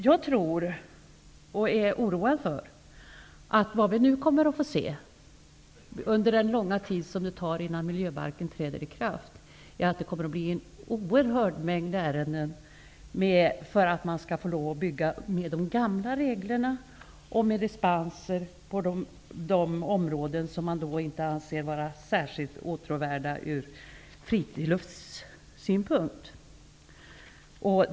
Jag tror och är oroad för att det vi nu kommer att få se, under den långa tid som det tar innan miljöbalken träder i kraft, är en oerhörd mängd ärenden på grund av att man vill få lov att bygga med de gamla reglerna och med dispenser på de områden som man inte anser vara särskilt åtråvärda ur friluftssynpunkt.